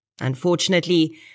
Unfortunately